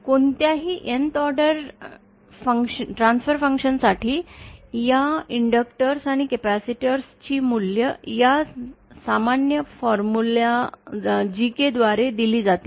कोणत्याही Nth order transfer function साठी या इंडक्टर्स आणि कॅपेसिटर ची मूल्ये या सामान्य फॉर्म्युला GK द्वारे दिली जातील